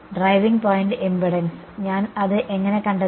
driving point impedance ഞാൻ അത് എങ്ങനെ കണ്ടെത്തി